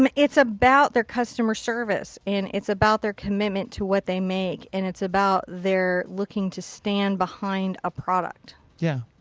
um it's about their customer service, and it's about their commitment to what they make. and it's about their looking to stand behind a product. yeah.